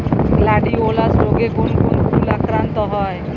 Gladiolus রোগে কোন কোন ফুল আক্রান্ত হয়?